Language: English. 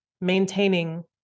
maintaining